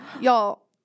Y'all